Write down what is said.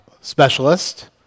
specialist